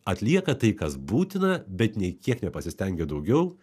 atlieka tai kas būtina bet nei kiek nepasistengia daugiau